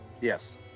Yes